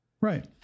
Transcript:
Right